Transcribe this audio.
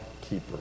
keeper